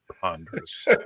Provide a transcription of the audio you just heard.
Ponderous